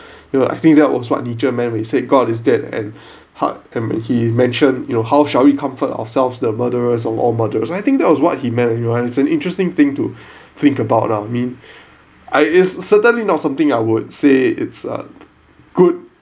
you know I think that was what nietzche meant when he said god is dead and heart when he mentioned you know how shall we comfort ourselves the murderers of all mothers I think that was what he meant it's an interesting thing to think about ah I mean I it's certainly not something I would say it's uh good